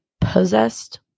possessed